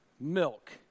milk